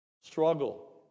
struggle